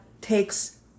takes